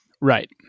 Right